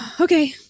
Okay